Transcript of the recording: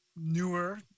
newer